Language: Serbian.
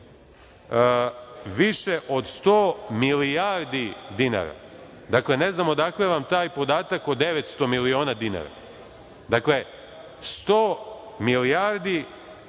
više od 100 milijardi dinara. Dakle, ne znam odakle vam taj podatak od 900 miliona dinara. Dakle, 100 milijardi,